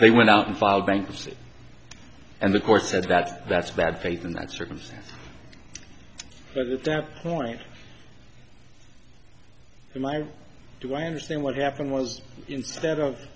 they went out and filed bankruptcy and the court said that that's bad faith in that circumstance but at that point in my life to understand what happened was instead of